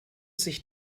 sich